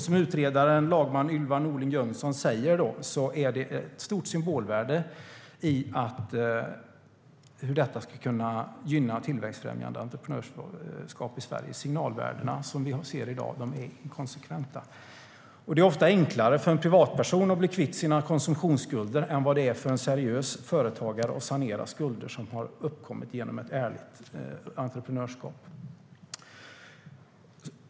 Som utredaren, lagman Ylva Norling Jönsson, säger är det ett stort symbolvärde i hur detta ska kunna gynna tillväxten i entreprenörskap i Sverige. Signalvärdena som vi ser i dag är inkonsekventa. Det är ofta enklare för en privatperson att bli kvitt sina konsumtionsskulder än vad det är för en seriös företagare att sanera skulder som har uppkommit genom ett ärligt entreprenörskap.